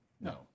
no